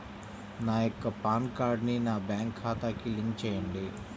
నా యొక్క పాన్ కార్డ్ని నా బ్యాంక్ ఖాతాకి లింక్ చెయ్యండి?